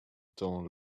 temps